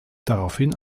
daraufhin